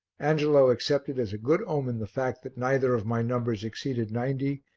angelo accepted as a good omen the fact that neither of my numbers exceeded ninety,